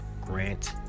Grant